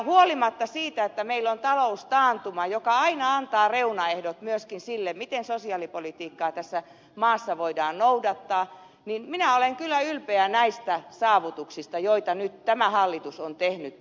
huolimatta siitä että meillä on taloustaantuma joka aina antaa reunaehdot myöskin sille miten sosiaalipolitiikkaa tässä maassa voidaan noudattaa minä olen kyllä ylpeä näistä saavutuksista joita nyt tämä hallitus on tehnyt sosiaalipolitiikan saralla